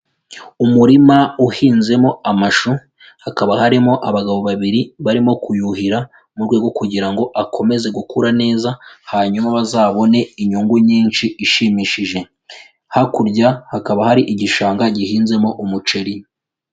Umurima uhinzemo amashu hakaba harimo abagabo babiri barimo kuyuhira mu rwego kugira ngo akomeze gukura neza hanyuma bazabone inyungu nyinshi ishimishije, hakurya hakaba hari igishanga gihinzemo umuceri.